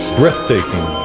breathtaking